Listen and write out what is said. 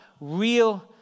real